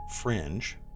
fringe